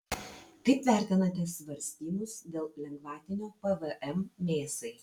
kaip vertinate svarstymus dėl lengvatinio pvm mėsai